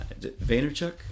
Vaynerchuk